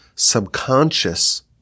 subconscious